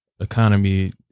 Economy